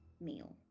meal